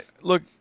Look